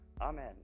Amen